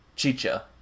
Chicha